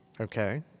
Okay